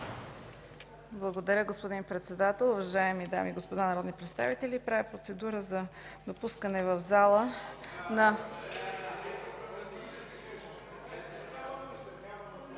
Благодаря, господин председател. Уважаеми дами и господа народни представители! Правя процедурно предложение за